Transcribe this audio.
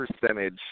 percentage